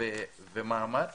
ומאמץ